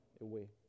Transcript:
away